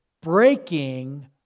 breaking